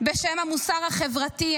בשם המוסר החברתי,